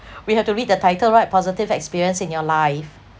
we have to read the title right positive experience in your life